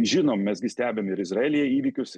žinom mes gi stebim ir izraelyje įvykius